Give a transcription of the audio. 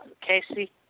Casey